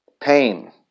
pain